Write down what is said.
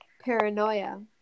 paranoia